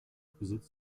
besitzt